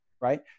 right